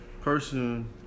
Person